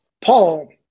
Paul